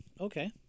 Okay